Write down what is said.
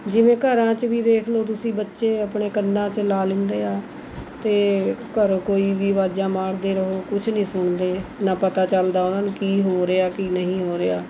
ਜਿਵੇਂ ਘਰਾਂ 'ਚ ਵੀ ਦੇਖ ਲਉ ਤੁਸੀਂ ਬੱਚੇ ਆਪਣੇ ਕੰਨਾਂ 'ਚ ਲਾ ਲੈਂਦੇ ਆ ਅਤੇ ਘਰ ਕੋਈ ਵੀ ਅਵਾਜ਼ਾਂ ਮਾਰਦੇ ਰਹੋ ਕੁਛ ਨਹੀਂ ਸੁਣਦੇ ਨਾ ਪਤਾ ਚੱਲਦਾ ਉਨ੍ਹਾਂ ਨੂੰ ਕੀ ਹੋ ਰਿਹਾ ਕੀ ਨਹੀਂ ਹੋ ਰਿਹਾ